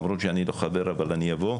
למרות שאני לא חבר אבל אבוא,